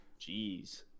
Jeez